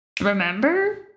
Remember